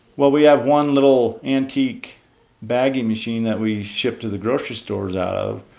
well, we have one little antique baggie machine that we ship to the grocery stores out of.